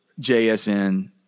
JSN